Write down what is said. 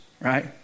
right